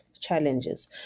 challenges